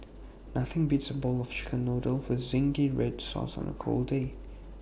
nothing beats A bowl of Chicken Noodles with Zingy Red Sauce on A cold day